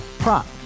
Prop